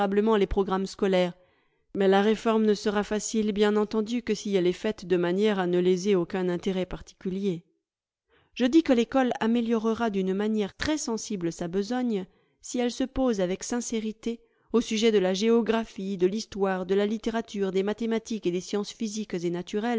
faite de manière à ne léser aucun intérêt particulier je dis que l'ecole améliorera d'une manière très sensible sa besogne si elle se pose avec sincérité au sujet de la géographie de l'histoire de la littérature des mathématiques et des sciences physiques et naturelles